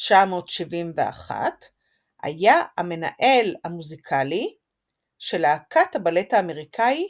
1971 היה המנהל המוזיקלי של "להקת הבלט האמריקאי"